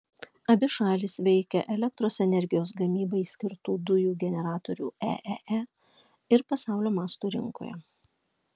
abi šalys veikia elektros energijos gamybai skirtų dujų generatorių eee ir pasaulio masto rinkoje